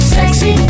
Sexy